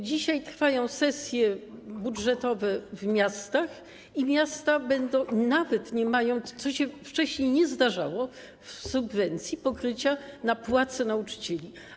Dzisiaj trwają sesje budżetowe w miastach i miasta nawet nie mają, co się wcześniej nie zdarzało, w subwencji pokrycia na płace nauczycieli.